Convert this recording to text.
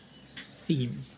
theme